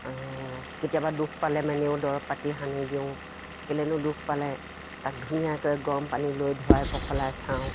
আৰু কেতিয়াবা দুখ পালে দৰৱ পাতি সানি দিওঁ কেলেনো দুখ পালে তাক ধুনীয়াকৈ গৰম পানী লৈ ধোৱাই পখলাই চাওঁ